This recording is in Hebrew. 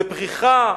בפריחה,